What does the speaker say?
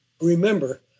remember